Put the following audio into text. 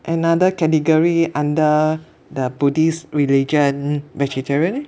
another category under the buddhist religion vegetarian eh